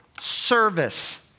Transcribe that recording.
service